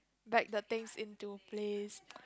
back the things into place